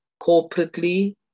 corporately